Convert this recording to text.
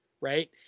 right